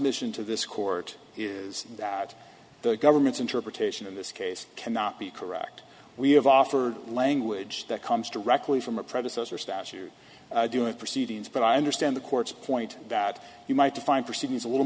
submission to this court is that the government's interpretation in this case cannot be correct we have offered language that comes directly from a predecessor statute doing proceedings but i understand the court's point that you might define for students a little